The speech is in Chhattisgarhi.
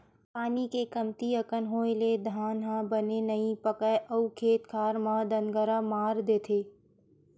पानी के कमती अकन होए ले धान ह बने नइ पाकय अउ खेत खार म दनगरा मार देथे